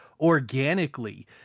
organically